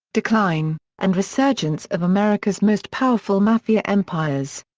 decline, and resurgence of america's most powerful mafia empires.